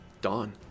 Dawn